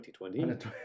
2020